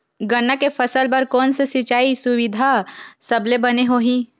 गन्ना के फसल बर कोन से सिचाई सुविधा सबले बने होही?